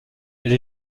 elle